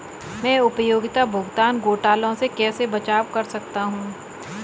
मैं उपयोगिता भुगतान घोटालों से कैसे बचाव कर सकता हूँ?